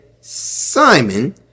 Simon